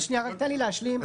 רק תן לי להשלים.